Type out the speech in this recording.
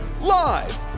Live